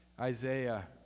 Isaiah